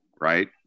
Right